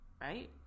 right